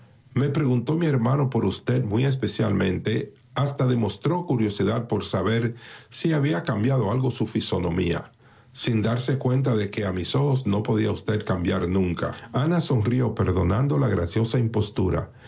me preguntó mi hermano por usted muy especialmente hasta mostró curiosidad por saber si había cambiado algo su fisonomía sin darse cuenta de que a mis ojos no podía usted cambiar nunca ana sonrió perdonando la graciosa impostura